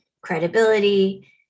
credibility